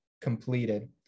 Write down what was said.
completed